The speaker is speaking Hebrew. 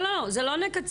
לא, לא, זה לא לקצר.